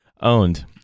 Owned